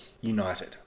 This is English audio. United